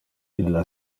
illa